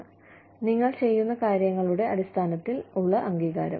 കൂടാതെ നിങ്ങൾ ചെയ്യുന്ന കാര്യങ്ങളുടെ അടിസ്ഥാനത്തിൽ അംഗീകാരം